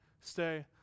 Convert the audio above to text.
stay